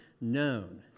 known